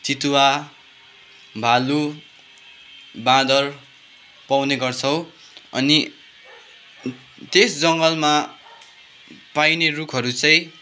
चितुवा भालु बाँदर पाउने गर्छौँ अनि त्यस जङ्गलमा पाइने रुखहरू चाहिँ